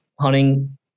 hunting